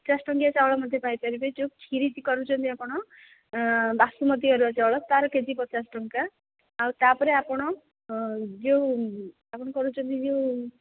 ପଚାଶ ଟଙ୍କିଆ ଚାଉଳ ମଧ୍ୟ ପାଇପାରିବେ ଯେଉଁ କ୍ଷୀରି କରୁଛନ୍ତି ଆପଣ ବାସୁମତୀ ଅରୁଆ ଚାଉଳ ତା'ର କେ ଜି ପଚାଶ ଟଙ୍କା ଆଉ ତା'ପରେ ଆପଣ ଯେଉଁ ଆପଣ କରୁଛନ୍ତି ଯେଉଁ